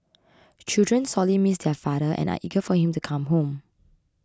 children sorely miss their father and are eager for him to come home